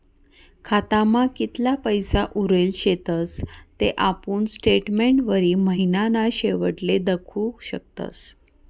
खातामा कितला पैसा उरेल शेतस ते आपुन स्टेटमेंटवरी महिनाना शेवटले दखु शकतस